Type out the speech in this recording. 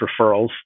referrals